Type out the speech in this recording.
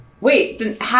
wait